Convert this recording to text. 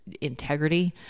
integrity